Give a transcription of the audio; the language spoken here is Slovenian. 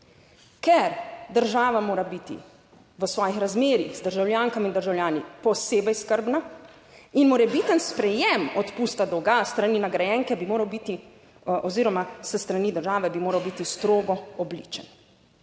Ker, država mora biti v svojih razmerjih z državljankami in državljani posebej skrbna in morebiten sprejem odpusta dolga s strani nagrajenke bi moral biti oziroma s strani države, bi moral biti strogo obličen.